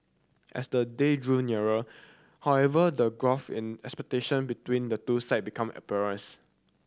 as the date drew nearer however the gulf in expectation between the two side become